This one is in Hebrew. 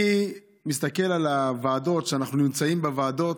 אני מסתכל על הוועדות, כשאנחנו נמצאים בוועדות,